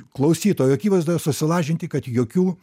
klausytojų akivaizdoje susilažinti kad jokių